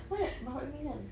kenapa bapa dia meninggal